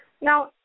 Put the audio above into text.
now